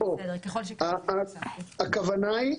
הכוונה היא,